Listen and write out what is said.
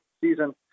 season